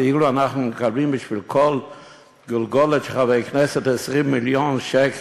כאילו אנחנו מקבלים בשביל כל גולגולת של חבר כנסת 20 מיליון שקל.